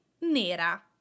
nera